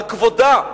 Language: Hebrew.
על כבודה,